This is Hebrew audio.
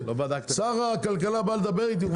שר הכלכלה בא לדבר איתי.